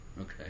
Okay